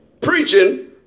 preaching